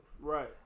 Right